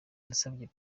nasabye